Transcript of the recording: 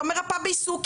לא מרפאת בעיסוק,